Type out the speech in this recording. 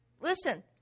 Listen